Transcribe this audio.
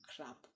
crap